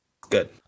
good